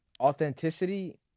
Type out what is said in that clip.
authenticity